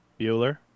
Bueller